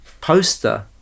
poster